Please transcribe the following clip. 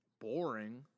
boring